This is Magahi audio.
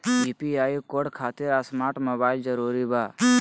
यू.पी.आई कोड खातिर स्मार्ट मोबाइल जरूरी बा?